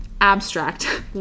abstract